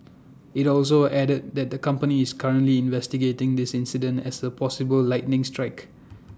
IT also added that the company is currently investigating this incident as A possible lightning strike